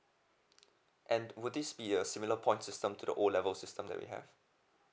and would this be a similar point system to the O level system that we have